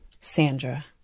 Sandra